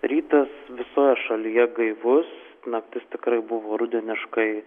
rytas visoje šalyje gaivus naktis tikrai buvo rudeniškai